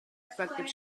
reflective